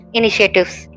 initiatives